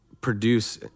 produce